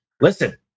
listen